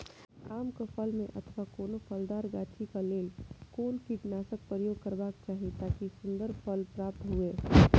आम क फल में अथवा कोनो फलदार गाछि क लेल कोन कीटनाशक प्रयोग करबाक चाही ताकि सुन्दर फल प्राप्त हुऐ?